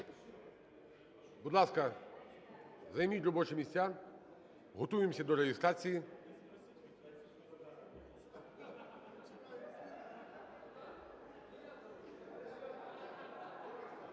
Будь ласка, займіть робочі місця. Готуємося до реєстрації.